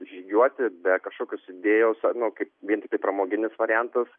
žygiuoti be kažkokios idėjos nu kaip vien tiktai pramoginis variantas